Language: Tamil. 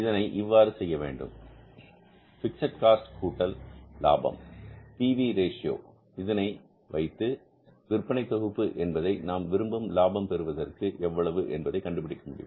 இதனை இவ்வாறு செய்ய வேண்டும் பிக்ஸட் காஸ்ட் கூட்டல் லாபம் வகுத்தல் பி வி ரேஷியோ இதனை வைத்து விற்பனை தொகுப்பு என்பதை நாம் விரும்பும் லாபம் பெறுவதற்கு எவ்வளவு என்பதை கண்டுபிடிக்க முடியும்